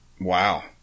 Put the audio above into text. Wow